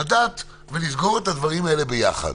לדעת ולסגור את הדברים האלה ביחד.